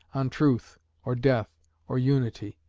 on truth or death or unity.